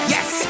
Yes